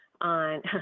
on